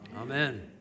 Amen